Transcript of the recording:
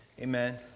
Amen